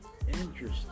Interesting